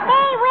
Hey